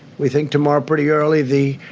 we think tomorrow, pretty early, the